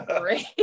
great